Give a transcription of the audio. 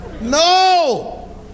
no